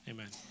Amen